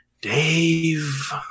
Dave